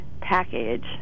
package